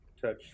touch